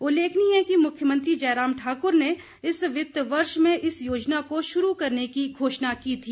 उल्लेखनीय है कि मुख्यमंत्री जयराम ठाक्र ने इस वित्त वर्ष में इस योजना को शुरू करने की घोषणा की थी